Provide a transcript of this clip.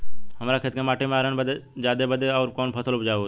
हमरा खेत के माटी मे आयरन जादे बा आउर कौन फसल उपजाऊ होइ?